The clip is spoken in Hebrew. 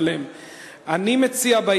אני מקווה שזה ייבלם.